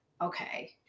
okay